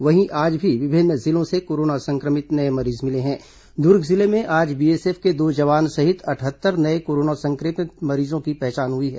वहीं आज भी विभिन्न जिलों से कोरोना संक्रमित नये मरीज मिले हैं दुर्ग जिले में आज बीएसएफ के दो जवान सहित अटहत्तर नये कोरोना संक्रमित मरीजों की पहचान हुई है